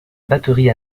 batterie